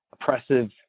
oppressive